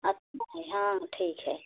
अत हाँ ठीक है